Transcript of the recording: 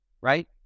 Right